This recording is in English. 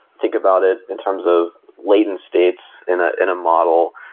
think about it in terms of latent states in ah in a model.